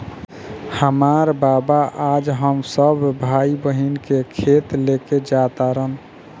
हामार बाबा आज हम सब भाई बहिन के खेत लेके जा तारन